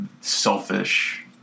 selfish